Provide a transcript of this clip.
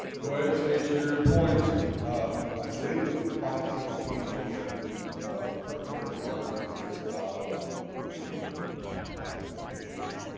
go ahead and state your point i believe a five seventeen motion preparatory remarks are disallowed in making a five seventeen motion